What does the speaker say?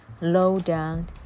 low-down